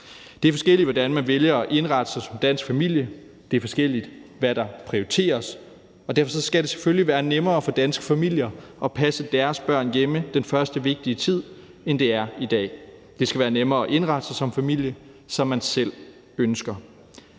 Det er forskelligt, hvordan man vælger at indrette sig som dansk familie. Det er forskelligt, hvad der prioriteres, og derfor skal det selvfølgelig være nemmere for danske familier at passe deres børn hjemme i den første vigtige tid, end det er i dag. Det skal være nemmere at indrette sig som familie, som man selv ønsker.